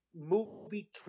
movie